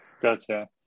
Gotcha